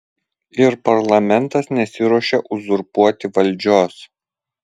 ir parlamentas nesiruošia uzurpuoti valdžios